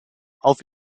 auf